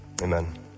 Amen